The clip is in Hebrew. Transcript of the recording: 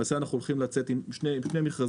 למעשה, אנחנו הולכים לצאת עם שני מכרזים.